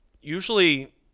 usually